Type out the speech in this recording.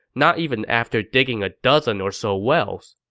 not even after digging a dozen or so wells.